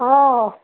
অঁ